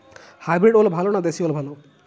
Hybrid ওল ভালো না দেশী ওল ভাল?